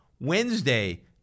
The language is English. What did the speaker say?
Wednesday